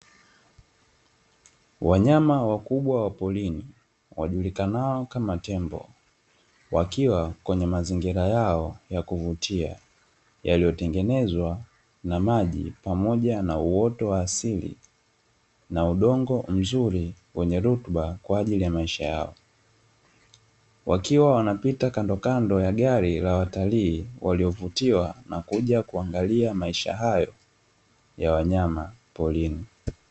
Wanyama wakubwa wa porini, wajulikanao kama tembo wakiwa kwenye mazingira yao ya kuvutia yaliyotengenezwa na maji pamoja na uoto wa asili na udongo mzuri, wenye rutuba kwaajili ya maisha yao, wakiwa wanapita kandokando ya gari la watalii waliovutiwa na kuja kuangalia maisha hayo ya wanyama porini.